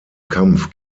kampf